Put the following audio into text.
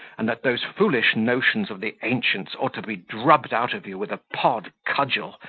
and that those foolish notions of the ancients ought to be drubbed out of you with a pod cudgel,